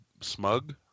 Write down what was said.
smug